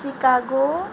Chicago